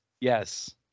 Yes